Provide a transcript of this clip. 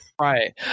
right